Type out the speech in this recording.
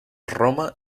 roma